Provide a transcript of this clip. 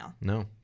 No